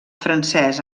francès